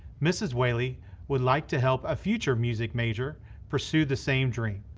mrs. whaley would like to help a future music major pursue the same dream.